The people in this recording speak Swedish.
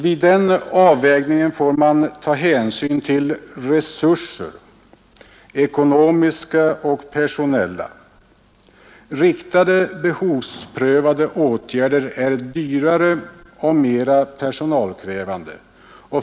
Vid den avvägningen får man ta hänsyn till ekonomiska och personella resurser. Riktade behovsprövade atgärder är dyrare och mera personalkrävande.